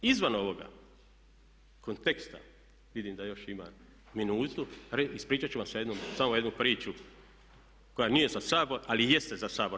Izvan ovoga konteksta, vidim da još imam minutu, ispričat ću vam samo jednu priču koja nije za Sabor ali jeste za Sabor.